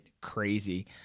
crazy